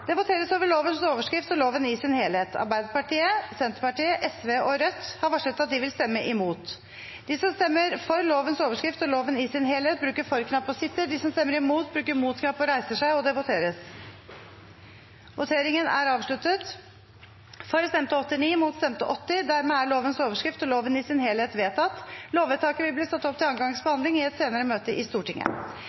Det voteres over lovens overskrift og loven i sin helhet. Arbeiderpartiet, Senterpartiet, Sosialistisk Venstreparti og Rødt har varslet at de vil stemme imot. Lovvedtaket vil bli ført opp til andre gangs behandling i et senere møte i Stortinget.